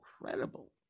incredible